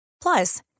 Plus